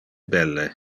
belle